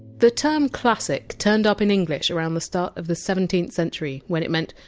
the term! classic! turned up in english around the start of the seventeenth century, when it meant!